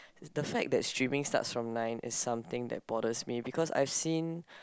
the fact that streaming starts from nine is something that bothers me because I've seen